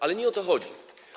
Ale nie o to chodzi.